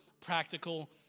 practical